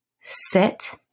sit